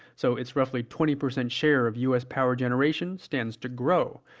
so its roughly twenty percent share of u s. power generation stands to grow.